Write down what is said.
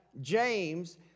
James